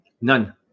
None